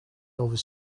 over